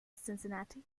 cincinnati